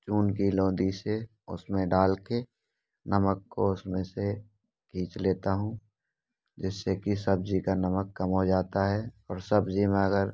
जून की लोंधी से उसमें डालकर नमक को उसमें से खींच लेता हूँ जिससे की सब्ज़ी का नमक कम हो जाता है और सब्ज़ी में अगर